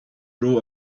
rule